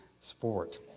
sport